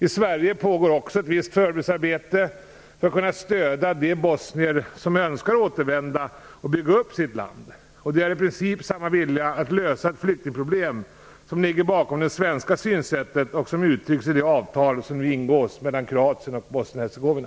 I Sverige pågår också ett visst förberedelsearbete för att kunna stödja de bosnier som önskar återvända och bygga upp sitt land. Det är i princip samma vilja att lösa ett flyktingproblem som ligger bakom det svenska synsättet och som uttrycks i de avtal som nu ingås mellan Kroatien och Bosnien-Hercegovina.